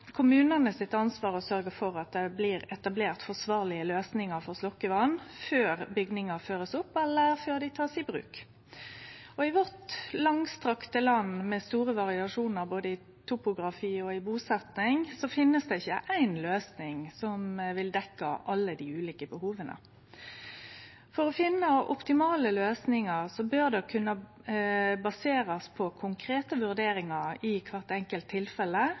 kommunane sitt ansvar å sørgje for at det blir etablert forsvarlege løysingar for sløkkevatn før bygningar blir førte opp, eller før dei blir tekne i bruk. I vårt langstrekte land med store variasjonar både i topografi og i busetjing finst det ikkje éi løysing som vil dekkje alle dei ulike behova. For å finne optimale løysingar bør det kunne baserast på konkrete vurderingar i kvart enkelt tilfelle,